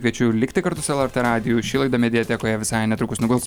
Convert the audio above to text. kviečiu likti kartu su lrt radiju ši laida mediatekoje visai netrukus nuguls